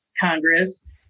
Congress